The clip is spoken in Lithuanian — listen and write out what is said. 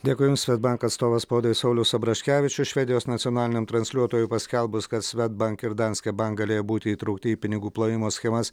dėkui jums svedbank atstovas spaudai saulius abraškevičius švedijos nacionaliniam transliuotojui paskelbus kad svedbank ir danske bank galėjo būti įtraukti į pinigų plovimo schemas